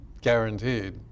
guaranteed